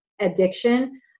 addiction